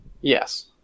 Yes